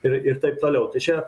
ir ir taip toliau tai čia